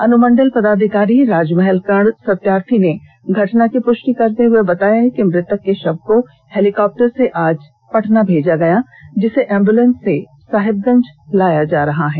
अनुमंडल पदाधिकारी राजमहल कर्ण सत्यार्थी ने घटना की पुष्टि करते हुए बताया कि मृतक के शव को हेलिकॉप्टर से आज पटना भेजा गया जिसे एंबुलेंस से साहेबगंज लाया जा रहा है